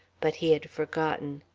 but he had forgotten.